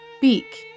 Beak